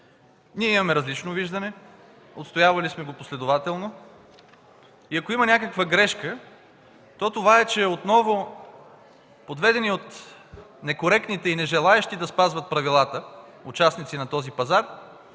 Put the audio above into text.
Ние имаме различно виждане, отстоявали сме го последователно и ако има някаква грешка, то това е, че отново подведени от некоректните и нежелаещи да спазват правилата участници на този пазар